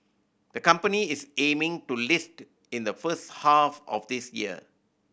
the company is aiming to list in the first half of this year